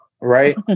Right